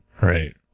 Right